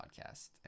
podcast